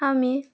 আমি